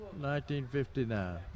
1959